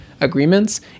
agreements